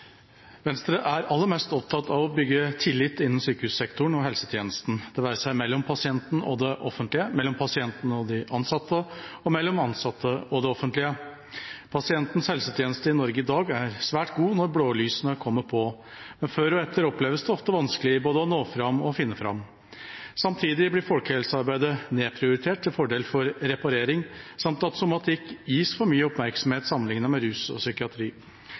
Venstre er aller mest opptatt av å bygge tillit innen sykehussektoren og helsetjenesten, det være seg mellom pasienten og det offentlige, mellom pasienten og de ansatte eller mellom ansatte og det offentlige. Pasientens helsetjeneste i Norge i dag er svært god når blålysene kommer på, men før og etter oppleves det ofte vanskelig både å nå fram og å finne fram. Samtidig blir folkehelsearbeidet nedprioritert til fordel for reparering, samt at somatikk gis for mye oppmerksomhet sammenlignet med rus og psykiatri.